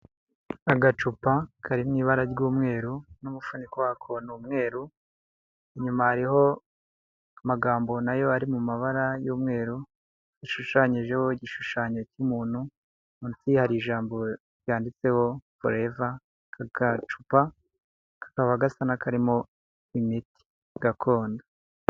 Agacupa kari mu ibara ry'umweru n'umufuniko wako ni umweru inyuma hariho amagambo na yo ari mu mabara y'umweru hashushanyijeho igishushanyo cy'umuntu munsi hari ijambo ryanditseho forever, aka gacupa kakaba gasa n’akarimo imiti gakondo.